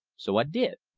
so i did.